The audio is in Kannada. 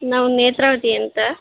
ನಾವು ನೇತ್ರಾವತಿ ಅಂತ